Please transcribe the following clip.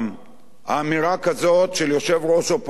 אמירה כזאת של יושב-ראש אופוזיציה,